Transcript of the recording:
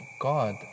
God